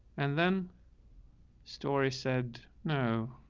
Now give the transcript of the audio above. and then story said, no,